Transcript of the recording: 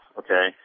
okay